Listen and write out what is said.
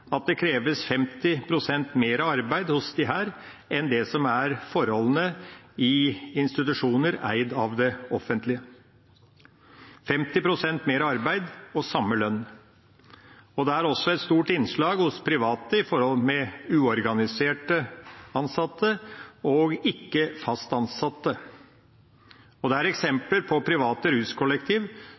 at det kreves 50 pst. mer arbeid hos disse, sammenlignet med forholdene i institusjoner eid av det offentlige – 50 pst. mer arbeid og samme lønn. Det er også et stort innslag hos private av forhold med uorganiserte ansatte og ikke fast ansatte. Det er eksempler på private